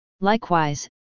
Likewise